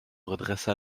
redresse